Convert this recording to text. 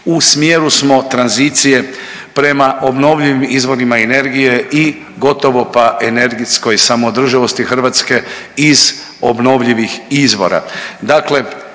u smjeru smo tranzicije prema obnovljivim izvorima energije i gotovo pa energetskoj samoodrživosti Hrvatske iz obnovljivih izvora.